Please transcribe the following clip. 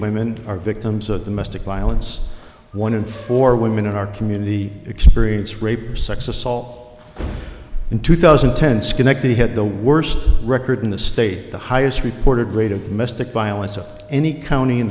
women are victims of domestic violence one in four women in our community experience rape sex assault in two thousand and ten schenectady had the worst record in the state the highest reported rate of domestic violence of any county in